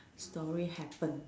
story happen